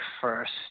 first